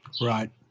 Right